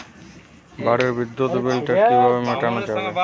বাড়ির বিদ্যুৎ বিল টা কিভাবে মেটানো যাবে?